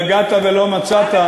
יגעת ולא מצאת,